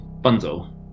Bundle